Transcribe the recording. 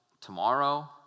tomorrow